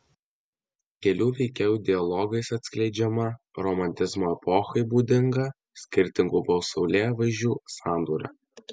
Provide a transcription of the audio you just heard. kelių veikėjų dialogais atskleidžiama romantizmo epochai būdinga skirtingų pasaulėvaizdžių sandūra